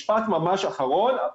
משפט ממש אחרון.